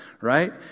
right